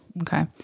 Okay